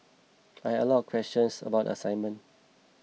I had a lot of questions about the assignment